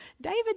David